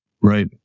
right